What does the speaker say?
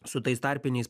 su tais tarpiniais